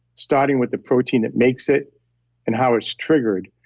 starting with the protein that makes it and how it's triggered.